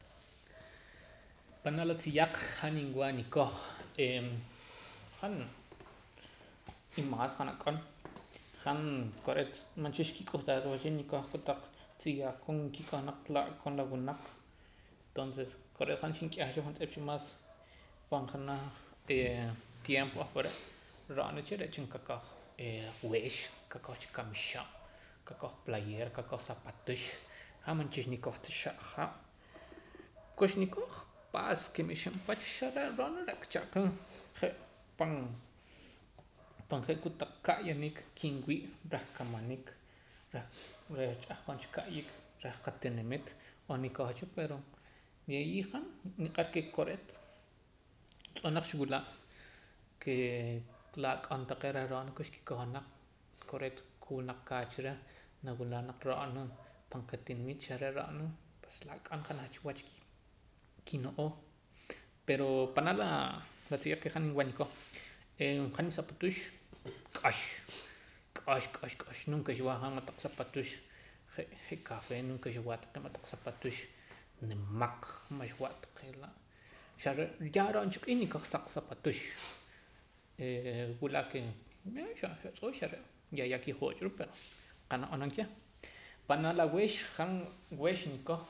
Panaa' la tziyaq han niwaa nikoj han imaas han ak'on han kore'eet man cha xkik'uhta ta wahchin nikoj kotaq tziyaq koon nkikoj naq laa'kon la wunaq tonces kore'eet han xink'eja cha juntz'ep cha maas pan janaj tiempo ahpare' ro'na cha re'cha nqakoj ee eex qakoj cha kamixe'n qakoj playera qakoj sapaatux han man cha xnikoj ta xajab' kox nikoj paas kiab' ixib' pach re' ro'na recha'ka je' pan pan je' kotaq ka'yanik kinwii' reh kamanik reh reh ch'ahqon cha ka'iy reh qatinimit n'oo nikoj cha pero de ahí han niq'ar ke kore'eet tz'oo' naq xwula' kee la ak'on taqee' reh ro'na koo xkikoj naq kore'eet koo wulnaq kaach reh naqulam naq ro'na pan qatinimiit xare' ro'na pues la ak'on janaj cha wach kino'ooj pero panaa' la tziyaq ke han niwaa nikoj e han nisapaatux k'ox k'ox k'ox nunca xniwaa han la sapaatux je' je' café nunca xniwaa taqee' ma' taq sapaatux nimaq maxwa' taqee' laa' xa re' ya ro'na cha q'iij nikoj saq sapaatux e wula' ke xa tz'oo' yaya ki'jooch' ra pero qa' nab'anam keh panaa' la weex han weex nikoj